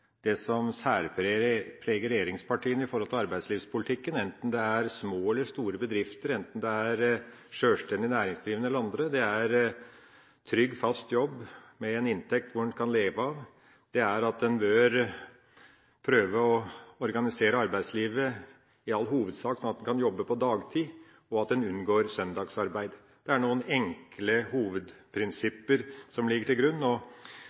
feil. Det som særpreger regjeringspartiene når det gjelder arbeidslivspolitikken, enten det er små eller store bedrifter, enten det er sjølstendig næringsdrivende eller andre, er trygge, faste jobber med en inntekt en kan leve av, og at en bør prøve å organisere arbeidslivet i all hovedsak sånn at en kan jobbe på dagtid, og at en unngår søndagsarbeid. Det er noen enkle hovedprinsipper som ligger til grunn.